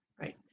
right